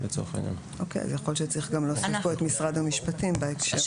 יכול להיות שצריך להוסיף פה את משרד המשפטים בהקשר הזה.